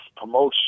promotion